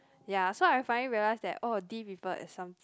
ya so I finally realise that oh D people is some